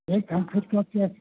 एक घन फिट का क्या